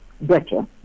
better